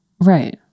Right